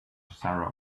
sarah